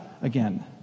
again